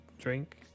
drink